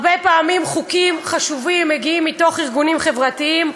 הרבה פעמים חוקים חשובים מגיעים מארגונים חברתיים,